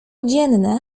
dzienne